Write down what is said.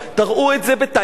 תראו את זה בתאילנד,